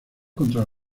contra